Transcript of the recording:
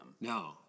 No